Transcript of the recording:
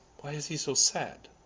why is he so sad?